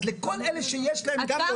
אז לכל אלה שיש להם גם לא יהיה להם.